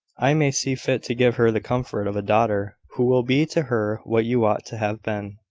i may see fit to give her the comfort of a daughter who will be to her what you ought to have been.